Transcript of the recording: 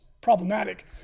problematic